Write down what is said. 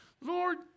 lord